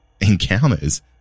encounters